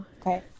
Okay